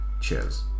Cheers